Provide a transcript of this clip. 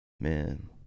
man